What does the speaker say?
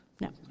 no